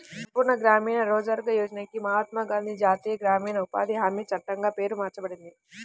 సంపూర్ణ గ్రామీణ రోజ్గార్ యోజనకి మహాత్మా గాంధీ జాతీయ గ్రామీణ ఉపాధి హామీ చట్టంగా పేరు మార్చబడింది